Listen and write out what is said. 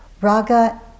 Raga